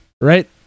right